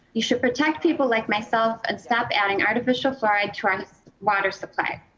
you should protect people like myself and stop adding artificial fluoride to our water supply.